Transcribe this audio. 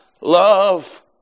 love